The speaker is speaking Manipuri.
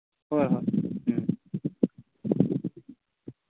ꯍꯣꯏ ꯍꯣꯏ ꯎꯝ